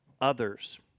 others